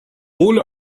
all